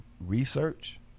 research